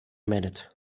minute